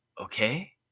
Okay